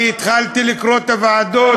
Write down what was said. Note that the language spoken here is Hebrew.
אני התחלתי לקרוא את הרכב הוועדות.